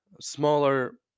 smaller